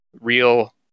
real